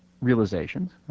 realizations